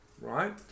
right